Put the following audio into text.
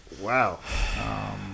Wow